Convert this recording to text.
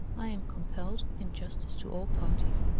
i am compelled, in justice to all parties,